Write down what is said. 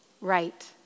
right